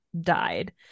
died